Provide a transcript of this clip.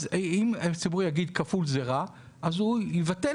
ואם הציבור יגיד כפול זה רע הוא יבטל